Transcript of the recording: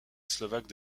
slovaque